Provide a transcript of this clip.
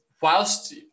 whilst